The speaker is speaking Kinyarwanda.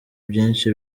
byinshi